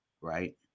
right